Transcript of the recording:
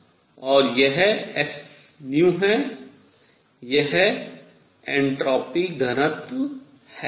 यह s है यह एन्ट्रापी घनत्व है